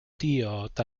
diod